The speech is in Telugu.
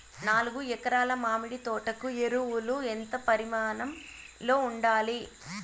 నాలుగు ఎకరా ల మామిడి తోట కు ఎరువులు ఎంత పరిమాణం లో ఉండాలి?